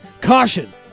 Caution